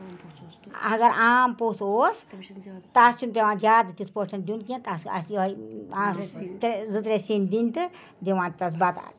اَگر عام پوٚژھ اوس تَتھ چھُنہٕ پٮ۪وان زیادٕ تہِ تِتھ پٲٹھۍ دیُن کیٚنہہ تَتھ آسہِ یِہوٚے ترٛےٚ زٕ ترٛےٚ سِنۍ دِنۍ تہٕ دِوان تَس بَتہٕ